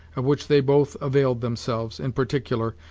of which they both availed themselves, in particular,